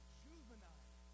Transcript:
juvenile